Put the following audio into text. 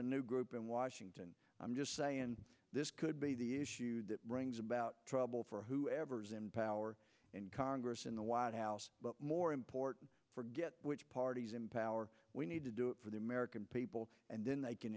a new group in washington i'm just saying this could be the issue brings about trouble for whoever's in power and congress and the white house but more important forget which party is in power we need to do it for the american people and then they can